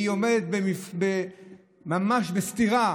היא עומדת ממש בסתירה